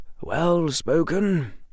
well-spoken